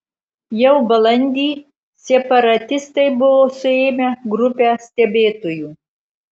jau balandį separatistai buvo suėmę grupę stebėtojų